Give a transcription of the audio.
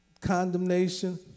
condemnation